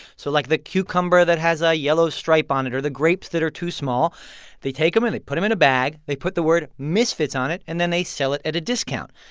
so, like, the cucumber that has a yellow stripe on it or the grapes that are too small they take them, and they put them in a bag. they put the word misfits on it, and then they sell it at a discount.